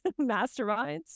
masterminds